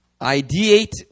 Ideate